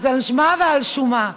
אז על מה ועל שום מה?